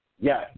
Yes